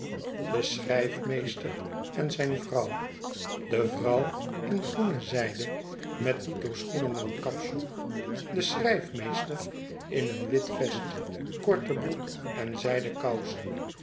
de schrijfmeester en zijn vrouw de vrouw in groene zijde met dito schoenen en kapsel de schrijfmeester in een wit vest korte broek en zijden kousen